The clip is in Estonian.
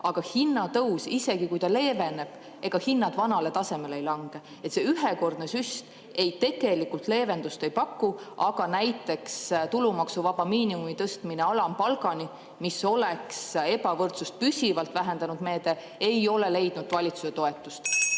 Aga hinnatõus, isegi kui see leeveneb – ega hinnad vanale tasemele ei lange. See ühekordne süst tegelikult leevendust ei paku. Aga näiteks tulumaksuvaba miinimumi tõstmine alampalgani, mis oleks ebavõrdsust püsivalt vähendav meede, ei ole leidnud valitsuse toetust.